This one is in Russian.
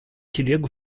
телегу